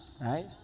right